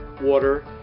water